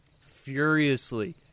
furiously